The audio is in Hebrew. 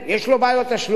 יש לו בעיית תשלומים,